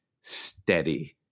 steady